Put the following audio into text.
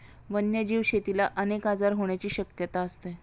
वन्यजीव शेतीला अनेक आजार होण्याची शक्यता असते